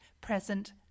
present